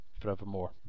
forevermore